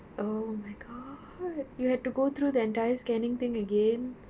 oh my god you had to go through the entire scanning thing again